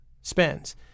spends